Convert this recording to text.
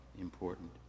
important